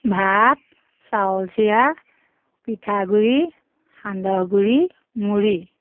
ভাত চাউল চিৰা পিঠাগুড়ি সান্দহগুড়ি মুড়ি